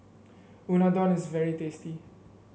unadon is very tasty